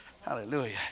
Hallelujah